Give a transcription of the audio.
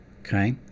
Okay